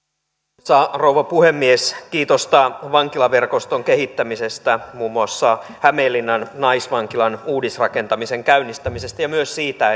arvoisa rouva puhemies kiitosta vankilaverkoston kehittämisestä muun muassa hämeenlinnan naisvankilan uudisrakentamisen käynnistämisestä ja myös siitä